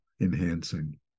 enhancing